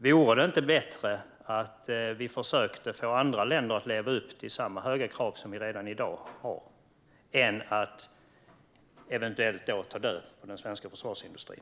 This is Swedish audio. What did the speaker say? Vore det inte bättre att försöka få andra länder att leva upp till samma höga krav som vi redan i dag har än att eventuellt ta död på den svenska försvarsindustrin?